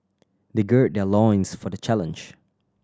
they gird their loins for the challenge